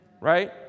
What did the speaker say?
Right